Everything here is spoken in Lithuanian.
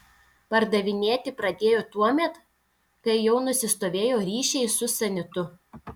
pardavinėti pradėjo tuomet kai jau nusistovėjo ryšiai su sanitu